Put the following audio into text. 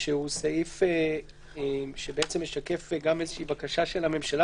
שהוא סעיף שמשקף גם את הבקשה של הממשלה